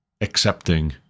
accepting